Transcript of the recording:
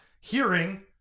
Hearing